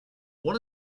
one